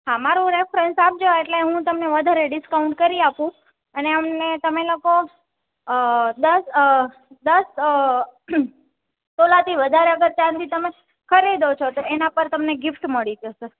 હા મારું રેફરન્સ આપજો એટલે હું તમને વધારે ડિસ્કાઉન્ટ કરી આપું અને અમને તમે લોકો દસ દસ અ તોલાથી વધારે અગર ચાંદી તમે ખરીદો છો તો એના પર તમને ગિફ્ટ મળી જશે